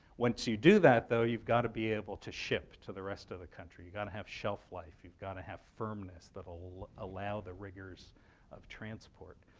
once you do that, though, you've got to be able to ship to the rest of the country. you've got to have shelf life. you've got to have firmness that will allow the rigors of transport.